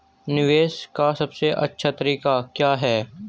निवेश का सबसे अच्छा तरीका क्या है?